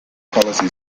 policy